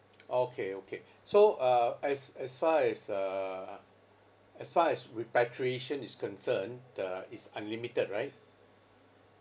okay okay so uh as as far as uh as far as repatriation is concerned uh is unlimited right